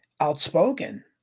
outspoken